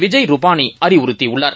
Vijay ரூபானிஅறிவுறுத்திஉள்ளார்